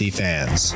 fans